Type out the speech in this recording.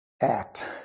act